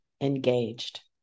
engaged